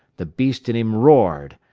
the beast in him roared.